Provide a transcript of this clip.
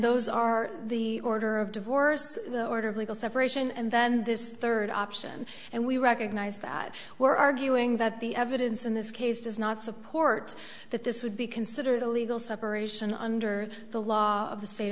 those are the order of divorce the order of legal separation and then this third option and we recognize that we're arguing that the evidence in this case does not support that this would be considered a legal separation under the law of the state